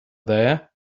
there